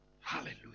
Hallelujah